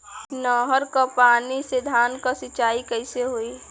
नहर क पानी से धान क सिंचाई कईसे होई?